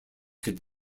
could